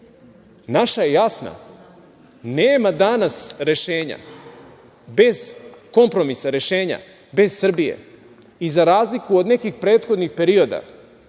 naša je jasna. Nema danas rešenja, rešenja bez kompromisa, bez Srbije. Za razliku od nekih prethodnih perioda,